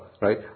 right